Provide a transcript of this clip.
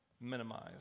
minimize